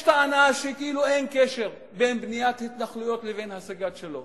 יש טענה שכאילו אין קשר בין בניית התנחלויות לבין השגת שלום.